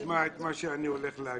ישמע את מה שאני הולך להגיד.